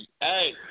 Hey